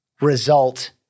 result